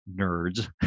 nerds